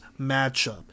matchup